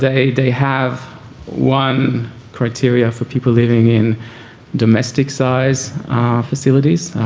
they they have one criteria for people living in domestic size facilities,